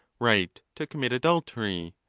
right to commit adultery,